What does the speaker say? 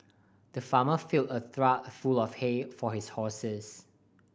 the farmer filled a trough full of hay for his horses